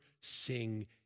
sing